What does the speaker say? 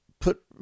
put